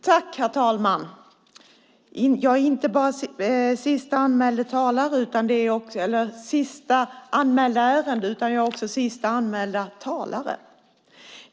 Herr talman! Det här är inte bara det sista anmälda ärendet, utan jag är också sista anmälda talare.